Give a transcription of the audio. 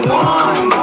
one